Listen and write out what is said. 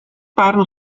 barn